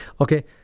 okay